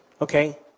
Okay